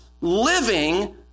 living